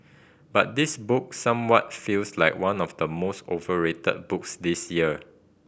but this book somewhat feels like one of the most overrated books this year